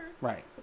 Right